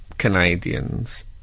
Canadians